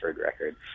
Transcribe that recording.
record